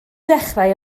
dechrau